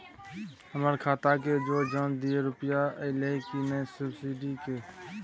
हमर खाता के ज जॉंच दियो रुपिया अइलै की नय सब्सिडी के?